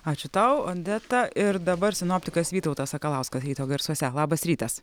ačiū tau odeta ir dabar sinoptikas vytautas sakalauskas ryto garsuose labas rytas